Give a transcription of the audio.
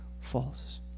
false